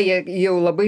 jie jau labai